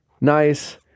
nice